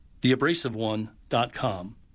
theabrasiveone.com